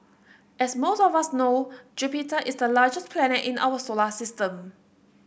as most of us know Jupiter is the largest planet in our solar system